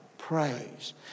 Praise